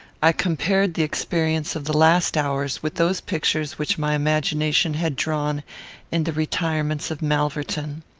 i compared the experience of the last hours with those pictures which my imagination had drawn in the retirements of malverton.